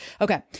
Okay